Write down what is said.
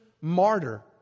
martyr